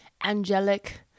angelic